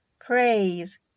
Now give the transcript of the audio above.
praise